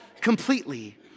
completely